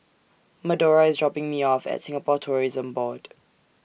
Medora IS dropping Me off At Singapore Tourism Board